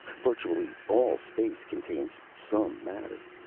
virtually all space contains some matter.